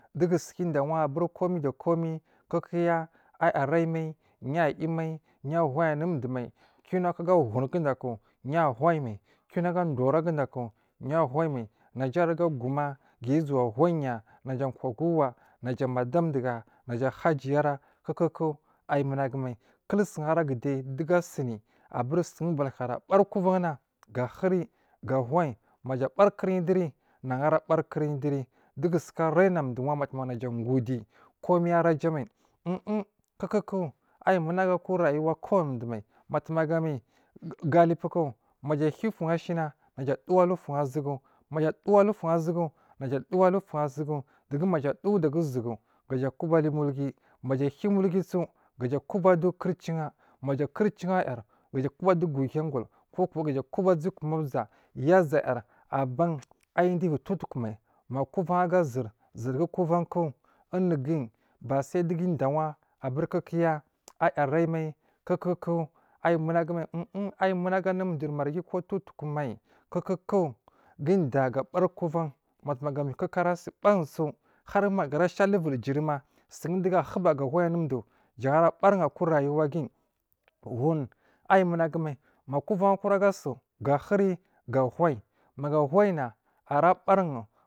Dugu sukadewa abur komai da komai kukuya ayi aria mai yayu mai yahuyi anudumai kinnua ku aga hun guda kinnua ku aga hun guda ku ya huyi mai kinnu a ga dowora guda ku yahuyi mai naja aruga guma gaya azowa huyi ya kwaguwa naja madun uduga naja hajiyara kuku ayi munagu mai kulsun ara gudeyi dunagu asuni abur gun butukara bari koban na ga huri ga hoyi maja a boriku rin duri nagu ra barikurin duri dugu suka rain a duwo wa batuma na ja gudi komi araja mai um um koku ayi muna gu aku rayuwa kowani du mai matu maga mi galipuku gaja hiya ufun ashiya ga adowo alu fan a zugu maja a dowo alufun azugu haja a dowo alufun azugudu gu maja dowu daga uzuwogu ga kubu alu mulgi maja ahiya umulgiso gaja kuba adu kurcinha maja kurcinhayor gaja kuba adowo guwohiyagul kokowa gu kuba azowo kumamza yazayar aban ayi adowovi towotukumai ma kuvan aga zur zur gu kuvanku unu guyi ba sai dugu udiyya wa aburkukuga ayi a rai mai ku kuku ayi munagumai um um ayi munagu anu durmar ghi kodowotukomai kuku gude yya ga bari kovan matuma ga kuku ara sibansu har ma ga ara sha aluvirijiri ma sun dugu ahuba ga hoyi anu du jan ara bari un aku rayuwaguyi hu, un ayi munagu mai makuvan kura aga su ga huri ga huji maga ahuyina ara barin.